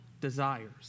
desires